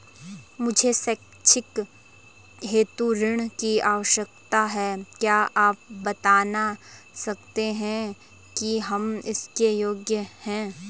मुझे शैक्षिक हेतु ऋण की आवश्यकता है क्या आप बताना सकते हैं कि हम इसके योग्य हैं?